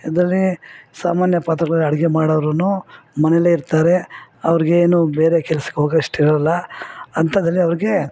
ಇದರಲ್ಲಿ ಸಾಮಾನ್ಯ ಪಾತ್ರೆಗಳಲ್ಲಿ ಅಡಿಗೆ ಮಾಡೋವ್ರು ಮನೆಯಲ್ಲೇ ಇರ್ತಾರೆ ಅವ್ರಿಗೇನು ಬೇರೆ ಕೆಲಸಕ್ಕೋಗೋವಷ್ಟಿರಲ್ಲ ಅಂಥದ್ರಲ್ಲಿ ಅವ್ರಿಗೆ